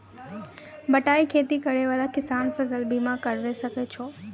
बटाई खेती करै वाला किसान फ़सल बीमा करबै सकै छौ?